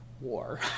war